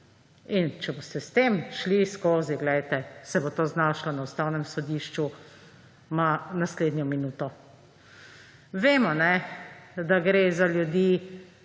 In če boste s tem šli skozi, glejte, se bo to znašlo na Ustavnem sodišču naslednjo minuto. Vemo, da gre za ljudi,